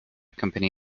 company